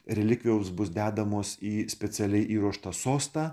relikvijos bus dedamos į specialiai įruoštą sostą